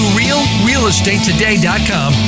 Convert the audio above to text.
realrealestatetoday.com